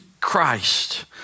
Christ